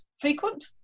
frequent